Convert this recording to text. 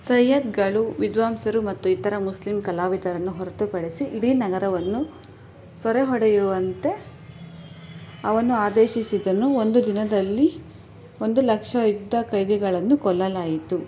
ಸೈಯ್ಯದ್ಗಳು ವಿದ್ವಾಂಸರು ಮತ್ತು ಇತರ ಮುಸ್ಲಿಂ ಕಲಾವಿದರನ್ನು ಹೊರತು ಪಡಿಸಿ ಇಡೀ ನಗರವನ್ನು ಸೂರೆ ಹೊಡೆಯುವಂತೆ ಅವನು ಆದೇಶಿಸಿದನು ಒಂದು ದಿನದಲ್ಲಿ ಒಂದು ಲಕ್ಷ ಯುದ್ಧ ಖೈದಿಗಳನ್ನು ಕೊಲ್ಲಲಾಯಿತು